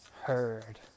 heard